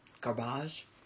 garbage